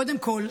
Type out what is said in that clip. קודם כול,